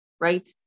right